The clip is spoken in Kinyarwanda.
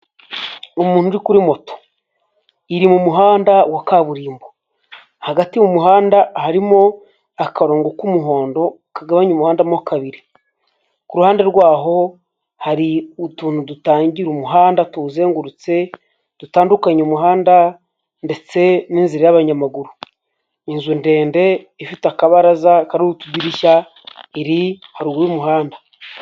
Umuntu uri kuri moto, iri mu muhanda wa kaburimbo, hagati mu muhanda harimo akarongo k'umuhondo kagabanya umuhanda mo kabiri, ku ruhande rw'aho hari utuntu dutangira umuhanda tuwuzengurutse dutandukanya umuhanda ndetse n'inzira y'abanyamaguru, inzu ndende ifite akabaraza kariho utudirishya iri haruguru y'umuhanda.